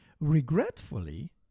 Regretfully